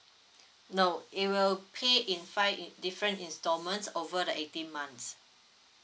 no it will pay in five in different installments over the eighteen months